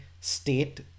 state